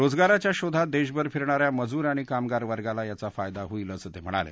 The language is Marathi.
रोजगाराच्या शोधात देशभर फिरणाऱ्या मजूर आणि कामगार वर्गाला याचा फायदा होईल असं ते म्हणाले